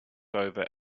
over